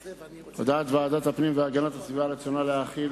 הודעת ועדת הפנים והגנת הסביבה על רצונה להחיל